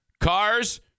cars